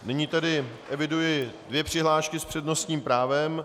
Nyní tedy eviduji dvě přihlášky s přednostním právem.